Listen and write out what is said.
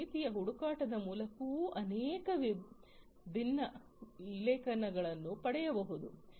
ಕೆಲವು ರೀತಿಯ ಹುಡುಕಾಟದ ಮೂಲಕವೂ ಅನೇಕ ವಿಭಿನ್ನ ಉಲ್ಲೇಖಗಳನ್ನು ಪಡೆಯಬಹುದು